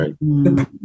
right